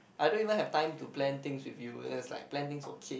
I don't even have time to plan things with you and then is like plan thing for kid